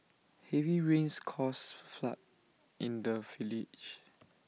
heavy rains caused flood in the village